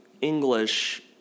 English